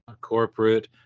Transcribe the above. corporate